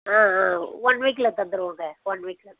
ஆ ஆ ஒன் வீக்கில் தந்துடுவோங்க ஒன் வீக்கில்